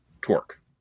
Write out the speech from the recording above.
torque